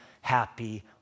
happy